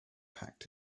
packed